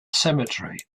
cemetery